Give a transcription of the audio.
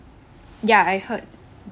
ya I heard